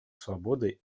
свободы